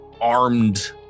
armed